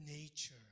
nature